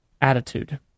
attitude